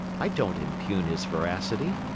i don't impugn his veracity,